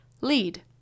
Lead